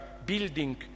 building